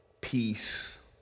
peace